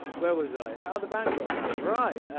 um where was i? how the band got about? right.